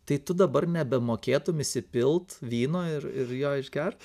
tai tu dabar nebemokėtum įsipilt vyno ir ir jo išgert